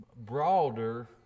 broader